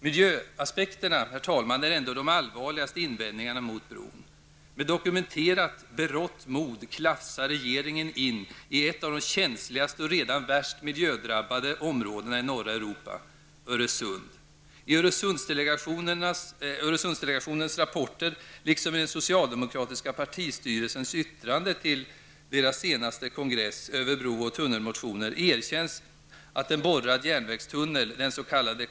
Miljöaspekterna, herr talman, är ändå de allvarligaste invändningarna mot bron. Med dokumenterat berått mod klafsar regeringen in i ett av de känsligaste och redan värst miljödrabbade områden i norra Europa -- Öresund. I Öresundsdelegationens rapporter, liksom i den socialdemokratiska partistyrelsens yttrande till senaste kongressen över bro och tunnelmotioner, erkänns att en borrad järnvägstunnel, den s.k.